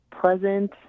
pleasant